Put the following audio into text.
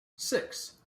six